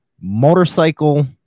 motorcycle